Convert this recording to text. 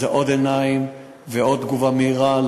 זה עוד עיניים ועוד תגובה מהירה כדי